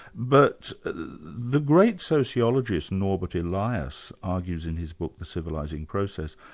but the great sociologist, norbert elias, argues in his book, the civilising process,